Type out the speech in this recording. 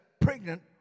pregnant